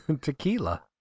Tequila